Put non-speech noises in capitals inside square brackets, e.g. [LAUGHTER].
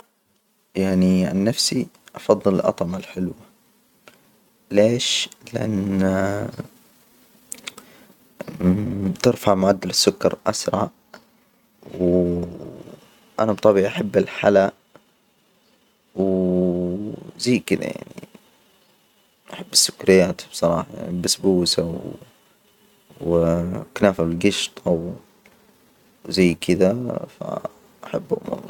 يعني عن نفسي أفضل الأطعمة الحلوة. ليش؟ لأن، [HESITATION] بترفع معدل السكر أسرع، و أنا بطبعي، أحب الحلى، وزي كده يعني، بحب السكريات بصراحة البسبوسة، وكنافة بالقشطة وزي كده ف أحبهم والله.